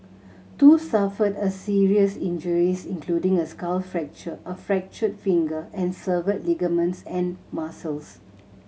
two suffered a serious injuries including a skull fracture a fractured finger and severed ligaments and muscles